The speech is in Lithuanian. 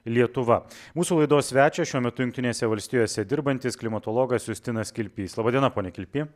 lietuva mūsų laidos svečias šiuo metu jungtinėse valstijose dirbantis klimatologas justinas kilpys laba diena pone kilpy